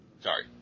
Sorry